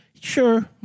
Sure